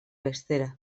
bestera